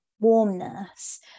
warmness